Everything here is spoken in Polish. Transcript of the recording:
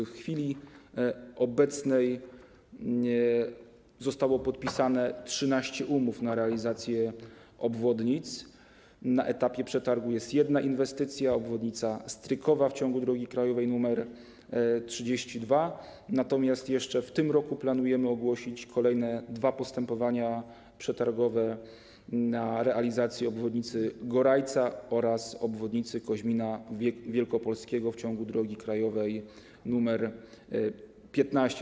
Na tę chwilę zostało podpisane 13 umów na realizację obwodnic, na etapie przetargu jest jedna inwestycja - obwodnica Strykowa w ciągu drogi krajowej nr 32, natomiast jeszcze w tym roku planujemy ogłosić kolejne dwa postępowania przetargowe na realizację obwodnicy Gorajca oraz obwodnicy Koźmina Wielkopolskiego w ciągu drogi krajowej nr 15.